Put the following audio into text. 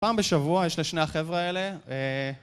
פעם בשבוע יש לשני החבר'ה האלה